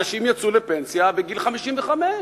אנשים יצאו לפנסיה בגיל 55,